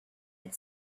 had